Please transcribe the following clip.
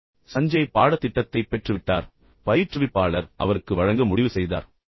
எனவே சஞ்சய் பாடத்திட்டத்தைப் பெற்றுவிட்டார் கிட்டத்தட்ட பயிற்றுவிப்பாளர் அவருக்கு வழங்க முடிவு செய்தார்